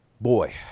boy